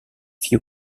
few